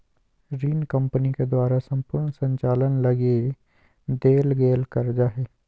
ऋण कम्पनी के द्वारा सम्पूर्ण संचालन लगी देल गेल कर्जा हइ